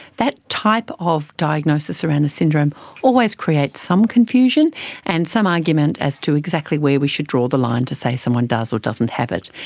that type of diagnosis around a syndrome always creates some confusion and some argument as to exactly where we should draw the line to say someone does or doesn't have it.